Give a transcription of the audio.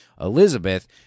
Elizabeth